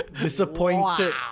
Disappointed